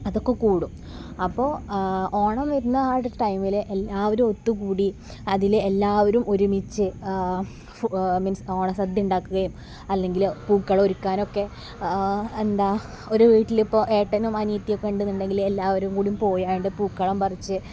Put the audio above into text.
അതൊക്കെ കൂടും അപ്പോൾ ഓണം വരുന്ന ആ ഒരു ടൈമിൽ എല്ലാവരും ഒത്തുകൂടി അതിൽ എല്ലാവരും ഒരുമിച്ച് മീൻസ് ഓണസദ്യ ഉണ്ടാക്കുകയും അല്ലെങ്കിൽ പൂക്കളം ഒരുക്കാനുമൊക്കെ എന്താണ് ഒരു വീട്ടിൽ ഇപ്പോൾ ഏട്ടനും അനിയത്തിയുമൊക്കെ ഉണ്ട് എന്നുണ്ടെങ്കിൽ എല്ലാവരും കൂടി പോയി കൊണ്ട് പൂക്കൾ പറിച്ച്